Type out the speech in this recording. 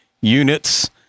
units